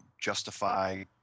justify